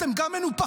אתם גם מנופחים,